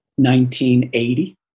1980